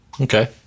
Okay